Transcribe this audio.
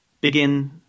begin